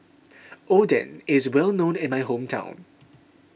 Oden is well known in my hometown